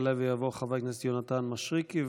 יעלה ויבוא חבר הכנסת יונתן מישרקי,